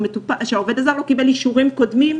שהעובד הזר לא קיבל אישורים קודמים,